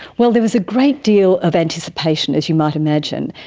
well, there was a great deal of anticipation, as you might imagine.